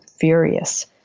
furious